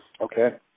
Okay